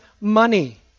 money